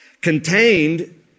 contained